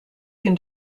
can